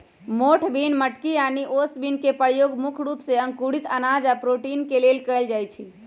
मोठ बिन मटकी आनि ओस बिन के परयोग मुख्य रूप से अंकुरित अनाज आ प्रोटीन के लेल कएल जाई छई